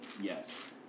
yes